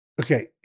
okay